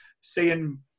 seeing